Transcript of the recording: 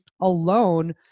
alone